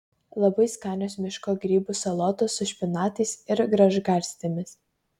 labai skanios miško grybų salotos su špinatais ir gražgarstėmis